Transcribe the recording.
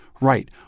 right